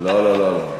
לא לא לא.